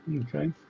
okay